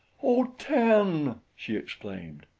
oh, tan! she exclaimed.